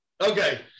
Okay